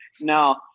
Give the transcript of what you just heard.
no